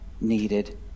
needed